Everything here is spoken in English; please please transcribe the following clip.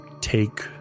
take